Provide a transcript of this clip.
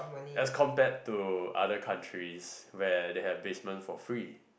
as compared to other countries where they have basement for free